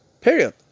period